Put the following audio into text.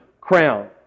crown